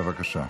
בבקשה.